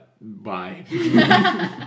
bye